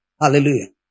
Hallelujah